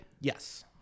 Yes